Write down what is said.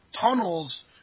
tunnels